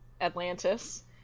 Atlantis